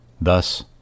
Thus